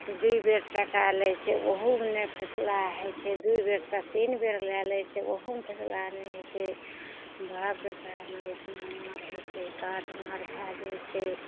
दू बेर टाका लै छै ओहूमे नहि फैसला होइ छै दू बेरसँ तीन बेर लै लए छै ओहूमे फैसला नहि होइ छै बाप बेटामे एतना मारि होइ छै काठ मारि भए जाइ छै